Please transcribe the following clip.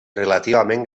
relativament